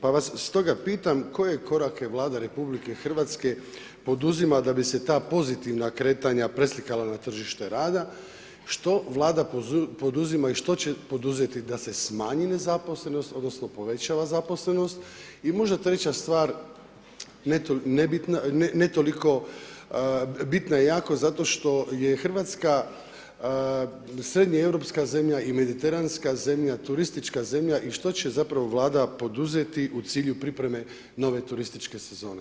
Pa vas stoga pitam koje korake Vlada RH poduzima da bi se ta pozitivna kretanja preslikala na tržište rada, što Vlada poduzima i što će poduzeti da se smanji nezaposlenost, odnosno povećava zaposlenost i možda treća stvar, ne toliko, bitna je jako, zato što je Hrvatska srednjeeuropska zemlja i mediteranska zemlja, turistička zemlja i što će zapravo Vlada poduzeti u cilju pripreme nove turističke sezone?